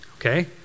Okay